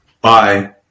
Bye